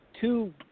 Two